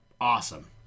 awesome